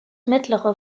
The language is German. mittlere